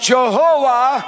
Jehovah